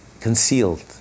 concealed